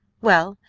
well,